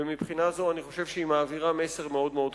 ומבחינה זו אני חושב שהיא מעבירה מסר מאוד מאוד חשוב.